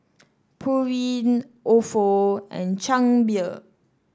Pureen Ofo and Chang Beer